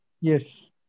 Yes